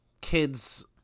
kids